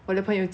and then like